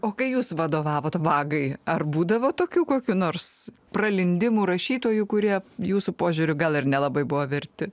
o kai jūs vadovavot vagai ar būdavo tokių kokių nors pralindimų rašytojų kurie jūsų požiūriu gal ir nelabai buvo verti